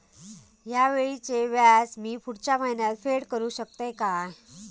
हया वेळीचे व्याज मी पुढच्या महिन्यात फेड करू शकतय काय?